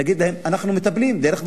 נגיד להם: אנחנו מטפלים דרך ועדה,